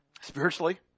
Spiritually